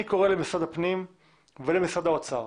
אני קורא למשרד הפנים ולמשרד האוצר